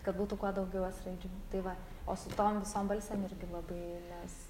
kad būtų kuo daugiau es raidžių tai va o su tom visom balsėm irgi labai nes